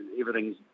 everything's